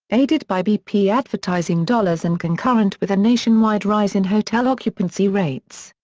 aided by bp advertising dollars and concurrent with a nationwide rise in hotel occupancy rates.